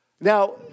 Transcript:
Now